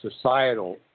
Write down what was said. societal